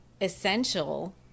essential